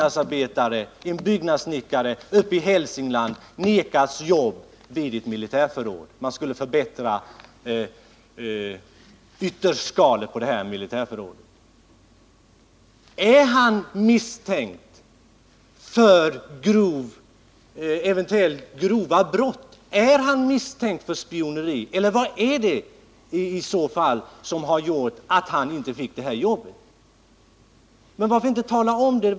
Varför vägras en byggnadssnickare uppe i Hälsingland jobb vid ett militärförråd? Man skulle förbättra ytterskalet på militärförrådet. Var han misstänkt för grova brott eller för spioneri eller vad var det som gjorde att han inte fick detta jobb? Varför inte tala om det?